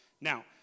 Now